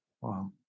wow